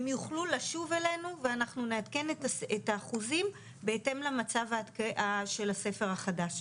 הם יוכלו לשוב אלינו ואנחנו נעדכן את האחוזים בהתאם למצב של הספר החדש.